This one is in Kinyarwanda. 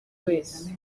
wese